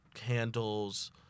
handles